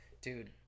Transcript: Dude